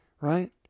Right